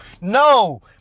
No